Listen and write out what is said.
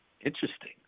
Interesting